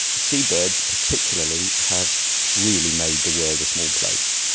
seabirds particularly have really made the world a small place.